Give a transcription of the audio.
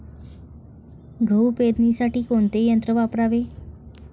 गहू पेरणीसाठी कोणते यंत्र वापरावे?